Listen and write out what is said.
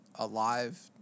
Alive